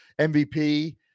MVP